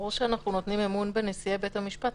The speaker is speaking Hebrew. ברור שאנחנו נותנים אמון בנשיאי בית המשפט.